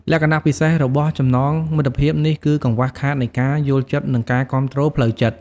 លក្ខណៈពិសេសរបស់ចំណងមិត្តភាពនេះគឺកង្វះខាតនៃការយល់ចិត្តនិងការគាំទ្រផ្លូវចិត្ត។